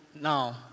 now